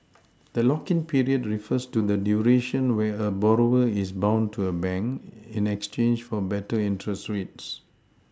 the lock in period refers to the duration where a borrower is bound to a bank in exchange for better interest rates